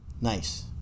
Nice